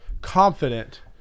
confident